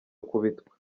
akubitwa